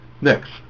Next